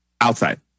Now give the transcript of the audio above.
Outside